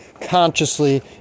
consciously